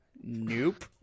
Nope